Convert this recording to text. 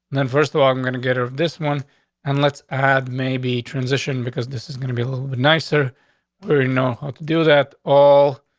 then, first of all, we're gonna get out of this one and let's add maybe transition, because this is gonna be a little bit nicer. we know to do that all,